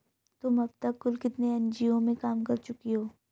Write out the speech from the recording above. तुम अब तक कुल कितने एन.जी.ओ में काम कर चुकी हो?